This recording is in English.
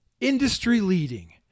industry-leading